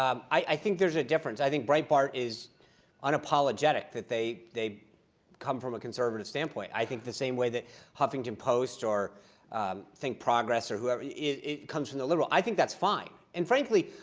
um i think there's a difference. i think breitbart is unapologetic that they they come from a conservative standpoint. i think the same way that huffington post or think progress or whoever it comes from the liberal. i think that's fine. and frankly,